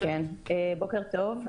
בוקר טוב.